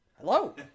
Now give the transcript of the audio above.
hello